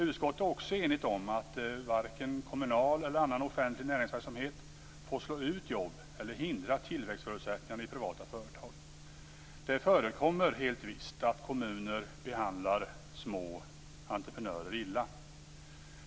Utskottet är också enigt om att varken kommunal eller annan offentlig näringsverksamhet får slå ut jobb eller hindra tillväxtförutsättningar i privata företag. Det förekommer helt visst att kommuner behandlar små entreprenörer illa.